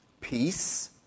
peace